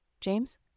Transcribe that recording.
James